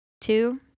Two